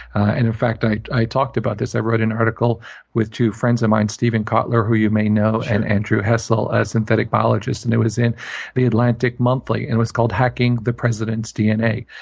and in fact, i i talked about this. i wrote an article with two friends of mine, stephen kotler, who you may know, and andrew hessle, a synthetic biologist. and it was in the atlantic monthly, and it was called hacking the president's dna.